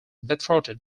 betrothed